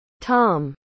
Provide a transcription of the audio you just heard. Tom